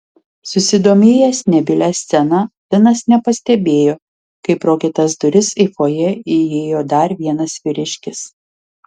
susidomėjęs nebylia scena linas nepastebėjo kaip pro kitas duris į fojė įėjo dar vienas vyriškis